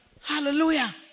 Hallelujah